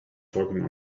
talking